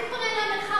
אל תתכונן למלחמה,